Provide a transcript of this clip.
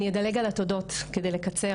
היעדר מודלים לחיקוי, מחסור ברשת של קולגות נשים,